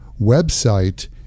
website